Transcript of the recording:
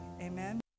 amen